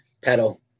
Pedal